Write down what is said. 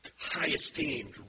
high-esteemed